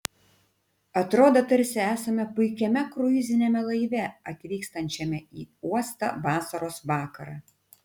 atrodo tarsi esame puikiame kruiziniame laive atvykstančiame į uostą vasaros vakarą